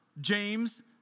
James